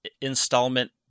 installment